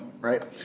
right